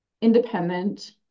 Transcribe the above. independent